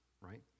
right